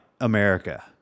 America